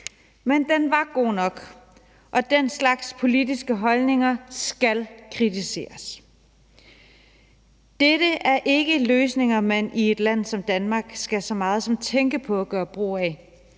Men den var god nok, og den slags politiske holdninger skal kritiseres. Dette er ikke løsninger, man i et land som Danmark skal så meget som tænke på at gøre brug af.